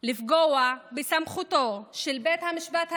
לפגוע בסמכותו של בית המשפט העליון,